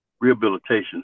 rehabilitation